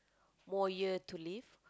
more year to live